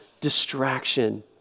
distraction